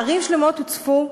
ערים שלמות הוצפו,